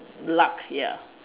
luck ya